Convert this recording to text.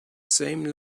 same